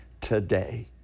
today